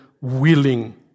willing